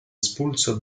espulso